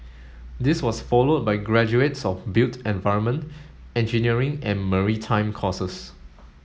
this was followed by graduates of built environment engineering and maritime courses